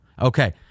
Okay